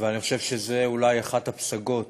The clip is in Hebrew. ואני חושב שזאת אולי אחת הפסגות